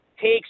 takes